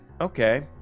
okay